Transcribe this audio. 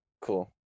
Cool